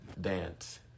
Dance